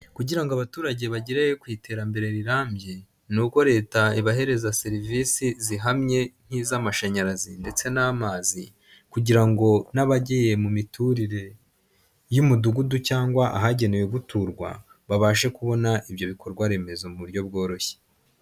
Kugira ngo abaturage bagere ku iterambere rirambye, ni uko leta ibahereza serivisi zihamye nk'iz'amashanyarazi ndetse n'amazi kugira ngo n'abagiye mu miturire y'umudugudu cyangwa ahagenewe guturwa, babashe kubona ibyo bikorwa remezo mu buryo bworoshye.